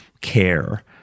Care